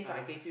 ah